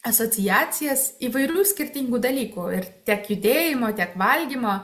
asociacijas įvairių skirtingų dalykų ir tiek judėjimo tiek valgymo